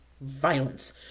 violence